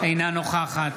אינה נוכחת